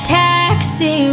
taxi